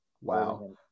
Wow